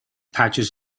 patches